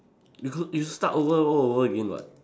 because you start over all over again [what]